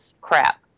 crap